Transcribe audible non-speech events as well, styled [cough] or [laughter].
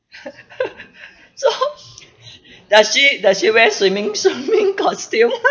[laughs] so [laughs] does she does she wear swimming swimming costume [laughs]